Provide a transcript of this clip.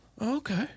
Okay